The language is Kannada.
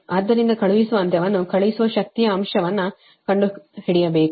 ಆದ್ದರಿಂದ ಕಳುಹಿಸುವ ಅಂತ್ಯವನ್ನು ಕಳುಹಿಸುವ ಶಕ್ತಿಯ ಅಂಶವನ್ನು ಕಂಡುಹಿಡಿಯಬೇಕು